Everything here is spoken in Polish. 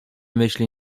myśli